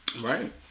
Right